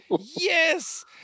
yes